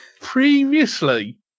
previously